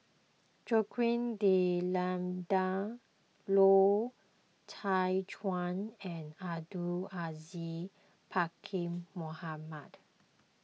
Joaquim D'Almeida Loy Chye Chuan and Abdul Aziz Pakkeer Mohamed